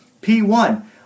P1